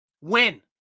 Win